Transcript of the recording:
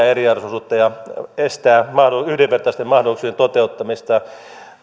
eriarvoisuutta ja estää yhdenvertaisten mahdollisuuksien toteuttamista